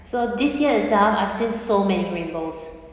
so this year itself I've seen so many rainbows